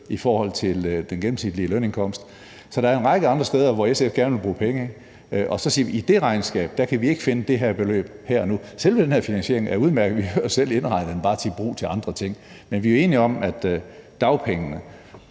i forhold til den gennemsnitlige lønindkomst. Så der er en række andre steder, hvor SF gerne vil bruge penge, og så siger vi, at i det regnskab kan vi ikke her og nu finde det her beløb. Selve den her finansiering er udmærket. Vi har selv indregnet den bare til brug for andre ting. Men vi er enige om, at det